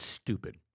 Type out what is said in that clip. stupid